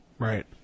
Right